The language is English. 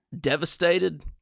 devastated